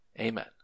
Amen